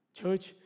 Church